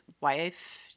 wife